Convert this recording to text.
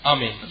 Amen